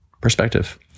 perspective